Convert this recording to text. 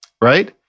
right